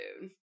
dude